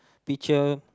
teacher